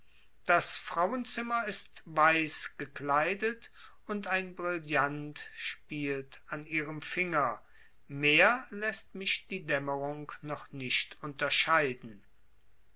das frauenzimmer ist weiß gekleidet und ein brillant spielt an ihrem finger mehr läßt mich die dämmerung noch nicht unterscheiden